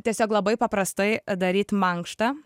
tiesiog labai paprastai daryt mankštą